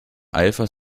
eifer